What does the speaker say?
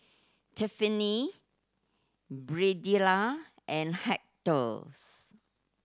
Tiffani Birdella and Hector's